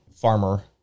farmer